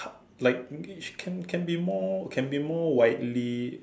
like which can can be more can be more widely